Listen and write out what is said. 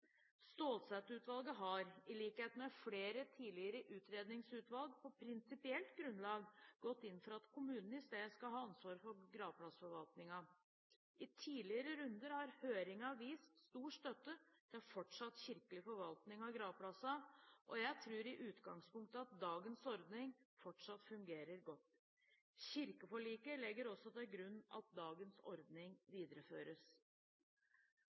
har – i likhet med flere tidligere utredningsutvalg – på prinsipielt grunnlag gått inn for at kommunene i stedet skal ha ansvar for gravplassforvaltningen. I tidligere runder har høringene vist stor støtte til fortsatt kirkelig forvaltning av gravplassene, og jeg tror i utgangspunktet at dagens ordning fortsatt fungerer godt. Kirkeforliket legger også til grunn at dagens ordning videreføres.